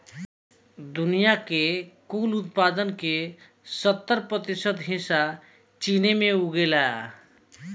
दुनिया के कुल उत्पादन के सत्तर प्रतिशत हिस्सा चीन में उगेला